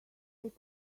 that